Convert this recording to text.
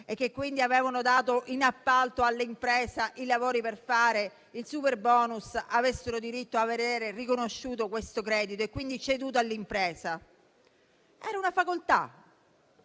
che avevano dato in appalto a un'impresa i lavori con il superbonus avessero diritto a vedere riconosciuto questo credito ceduto all'impresa; era una facoltà.